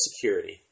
security